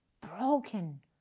broken